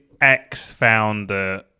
ex-founder